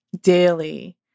daily